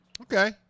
Okay